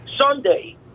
Sunday